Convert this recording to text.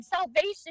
salvation